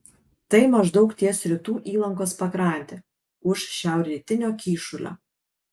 tai maždaug ties rytų įlankos pakrante už šiaurrytinio kyšulio